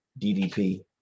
DDP